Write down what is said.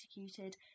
executed